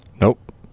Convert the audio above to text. Nope